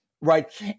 right